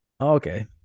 Okay